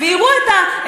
זו חלוקה של